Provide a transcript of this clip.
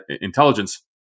intelligence